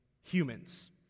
humans